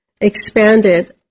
expanded